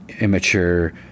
immature